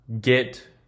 get